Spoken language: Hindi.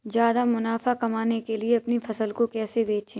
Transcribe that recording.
ज्यादा मुनाफा कमाने के लिए अपनी फसल को कैसे बेचें?